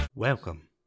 Welcome